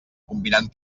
combinant